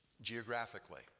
geographically